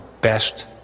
best